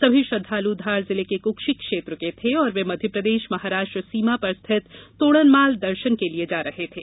सभी श्रद्वालु धार जिले के कुक्षी क्षेत्र के थे और वे मध्यप्रदेश महाराष्ट्र सीमा पर स्थित तोरणमाल दर्शन के लिये जा रहे थे